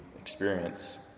experience